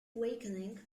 awakening